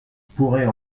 pourrait